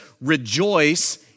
rejoice